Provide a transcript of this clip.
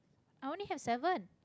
i only have seven